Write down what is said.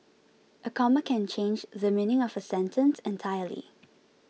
a comma can change the meaning of a sentence entirely